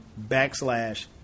backslash